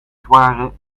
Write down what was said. zware